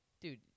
dude